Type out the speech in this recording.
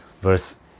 verse